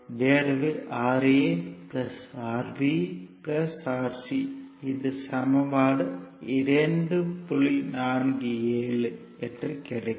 47 என்று கிடைக்கும்